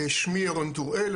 שמי ירון טוראל,